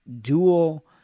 dual